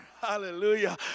Hallelujah